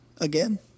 again